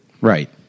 Right